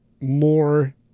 more